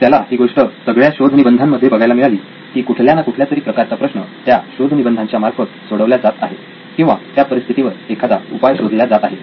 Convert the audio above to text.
त्याला ही गोष्ट सगळ्या शोधनिबंधामध्ये बघायला मिळाली की कुठल्या ना कुठल्यातरी प्रकारचा प्रश्न त्या शोधनिबंधांच्या मार्फत सोडवल्या जात आहे किंवा त्या परिस्थितीवर एखाद्या उपाय शोधला जात आहे